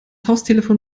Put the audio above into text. haustelefon